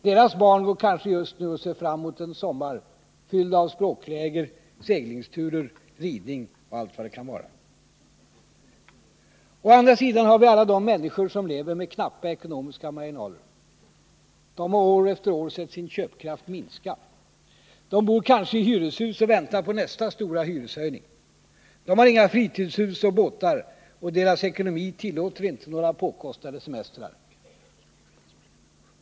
Deras barn går kanske just nu och ser fram emot en sommar fylld av språkläger, seglingsturer, ridning och allt vad det kan vara. Å andra sidan har vi alla de människor som lever med knappa ekonomiska marginaler. De har år efter år sett sin köpkraft minska. De bor kanske i hyreshus och väntar på nästa stora hyreshöjning. De har inga fritidshus och båtar, och deras ekonomi tillåter inte några påkostade semestrar.